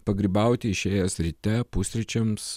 pagrybauti išėjęs ryte pusryčiams